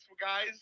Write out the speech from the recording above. guys